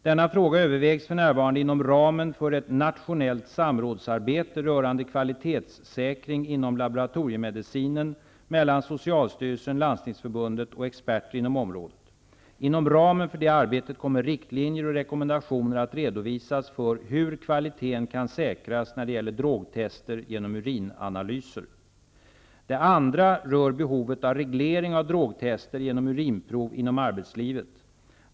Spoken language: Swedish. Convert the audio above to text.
Denna fråga övervägs för närvarande inom ramen för ett nationellt samrådsarbete rörande kvalitetssäkring inom laboratoriemedicinen mellan socialstyrelsen, Landstingsförbundet och experter inom området. Inom ramen för det arbetet kommer riktlinjer och rekommendationer att redovisas för hur kvaliteten kan säkras när det gäller drogtester genom urinanalyser. Det andra rör behovet av reglering av drogtester genom urinprov inom arbetslivet.